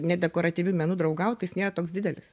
nedekoratyviu menu draugaut tai jis nėra toks didelis